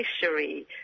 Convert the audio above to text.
fishery